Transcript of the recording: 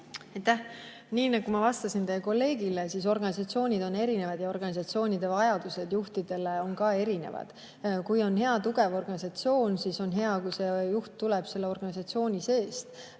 Nii nagu ma vastasin teie kolleegile: organisatsioonid on erinevad ja organisatsioonide vajadused juhtide puhul on ka erinevad. Kui on hea tugev organisatsioon, siis on hea, kui juht tuleb organisatsiooni seest.